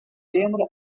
famed